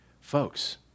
Folks